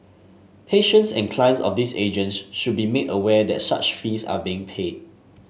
patients and clients of these agents should be made aware that such fees are being paid